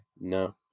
No